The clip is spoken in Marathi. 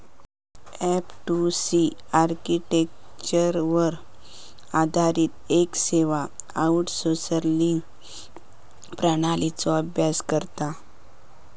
एफ.टू.सी आर्किटेक्चरवर आधारित येक सेवा आउटसोर्सिंग प्रणालीचो अभ्यास करता